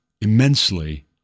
immensely